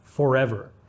forever